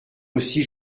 aussi